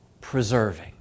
preserving